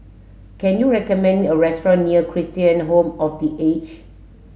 can you recommend me a restaurant near Christian Home of The Age